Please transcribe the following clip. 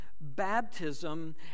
baptism